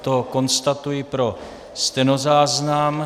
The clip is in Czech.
To konstatuji pro stenozáznam.